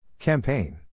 Campaign